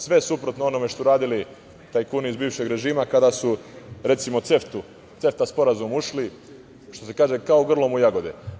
Dakle, sve suprotno onome što su radili tajkuni iz bivšeg režima, kada su, recimo, u CEFTA sporazum ušli kao grlom u jagode.